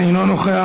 אינו נוכח,